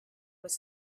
was